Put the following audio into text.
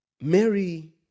Mary